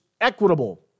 Equitable